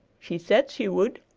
she said she would!